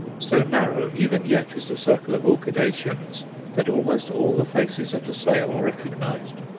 so narrow even yet is the circle of orchidaceans that almost all the faces at a sale are recognized,